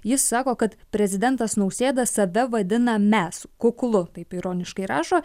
jis sako kad prezidentas nausėda save vadina mes kuklu taip ironiškai rašo